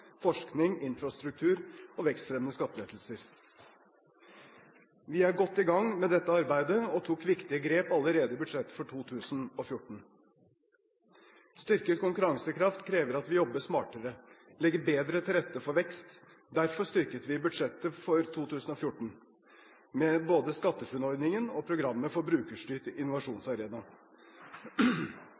forskning, infrastruktur og vekstfremmende skattelettelser. Vi er godt i gang med dette arbeidet og tok viktige grep allerede i budsjettet for 2014. Styrket konkurransekraft krever at vi jobber smartere, legger bedre til rette for vekst. Derfor styrket vi i budsjettet for 2014 både SkatteFUNN-ordningen og programmet Brukerstyrt innovasjonsarena.